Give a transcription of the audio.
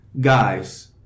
guys